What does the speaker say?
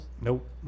Nope